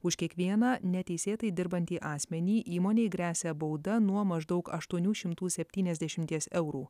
už kiekvieną neteisėtai dirbantį asmenį įmonei gresia bauda nuo maždaug aštuonių šimtų septyniasdešimties eurų